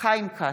חיים כץ,